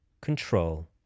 control